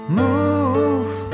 move